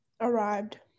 Arrived